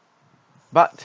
but